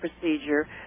procedure